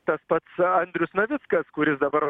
tas pats andrius navickas kuris dabar